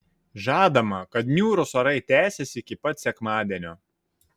žadama kad niūrūs orai tęsis iki pat sekmadienio